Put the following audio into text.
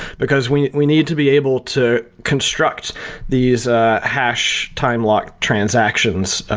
because we we need to be able to construct these ah hash time lock transactions,